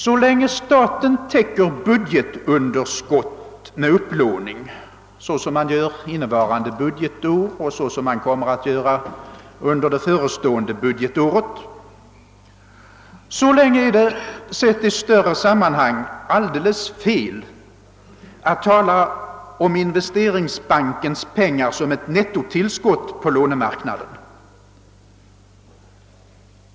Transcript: Så länge staten täcker budgetunderskott med upplåning, såsom fallet är under innevarande budgetår och såsom fallet kommer att bli under det kommande budgetåret, så länge är det — sett i ett större sammanhang — alldeles fel att tala om investeringsbankens pengar som ett nettotillskott på lånemarknaden.